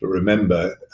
ah remember,